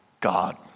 God